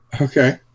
Okay